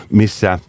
missä